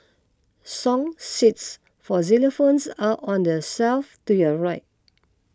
song sheets for xylophones are on the shelf to your right